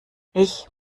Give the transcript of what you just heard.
ich